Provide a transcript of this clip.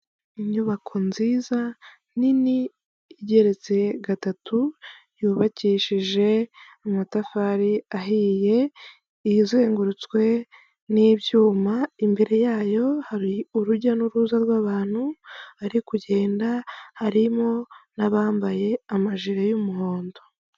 Inyubako nziza nini igeretse gatatu, yubakishije amatafari ahiye, izengurutswe n'ibyuma, imbere yayo hari urujya n'uruza rw'abantu bari kugenda, harimo n'abambaye amajire y'umuhondo.